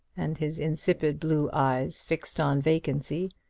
and his insipid blue eyes fixed on vacancy,